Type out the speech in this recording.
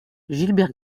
gilbert